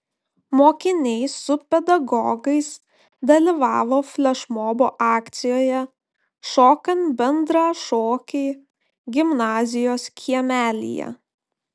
mokiniai su pedagogais dalyvavo flešmobo akcijoje šokant bendrą šokį gimnazijos kiemelyje